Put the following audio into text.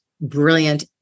brilliant